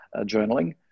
journaling